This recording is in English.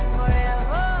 forever